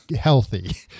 healthy